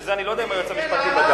ואת זה אני לא יודע אם היועץ המשפטי בדק.